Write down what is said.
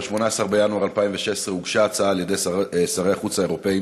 ב-18 בינואר 2016 הוגשה הצעה על-ידי שרי החוץ האירופים